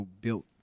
built